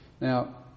Now